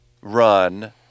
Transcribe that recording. run